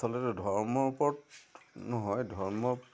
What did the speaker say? আচলতে ধৰ্মৰ ওপৰত নহয় ধৰ্ম